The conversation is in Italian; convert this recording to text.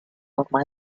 ormai